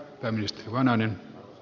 arvoisa puhemies